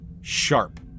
sharp